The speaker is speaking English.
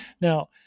Now